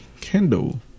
Kendall